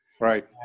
Right